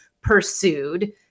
pursued